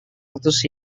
ratus